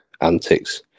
antics